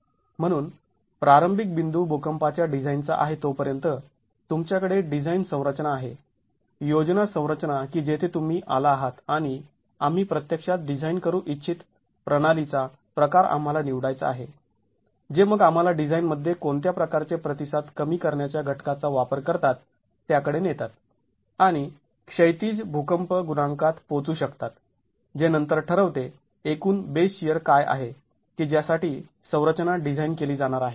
म्हणून प्रारंभिक बिंदू भूकंपाच्या डिझाईनचा आहे तोपर्यंत तुमच्याकडे डिझाईन संरचना आहे योजना संरचना की जेथे तुम्ही आला आहात आणि आम्ही प्रत्यक्षात डिझाईन करू इच्छित प्रणालीचा प्रकार आम्हाला निवडायचा आहे जे मग आम्हाला डिझाईन मध्ये कोणत्या प्रकारचे प्रतिसाद कमी करण्याच्या घटकाचा वापर करतात त्याकडे नेतात आणि क्षैतिज भूकंप गुणांकात पोहोचू शकतात जे नंतर ठरवते एकूण बेस शिअर काय आहे की ज्यासाठी संरचना डिझाईन केली जाणार आहे